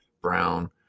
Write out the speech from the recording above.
Brown